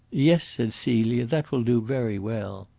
yes, said celia, that will do very well.